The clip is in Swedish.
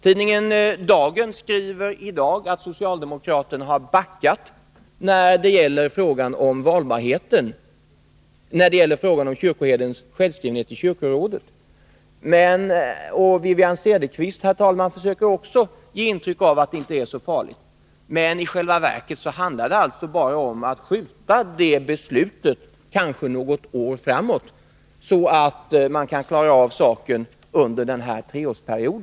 Tidningen Dagen skriver i dag att socialdemokraterna har backat när det gäller frågan om kyrkoherdens självskrivenhet i kyrkorådet. Wivi-Anne Cederqvist försöker ge intryck av att det inte är så farligt, men i själva verket handlar det om att skjuta beslutet något år framåt i tiden, så att man kan klara av saken under innevarande treårsperiod.